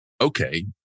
Okay